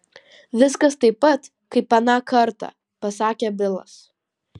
viskas taip pat kaip aną kartą pasakė bilas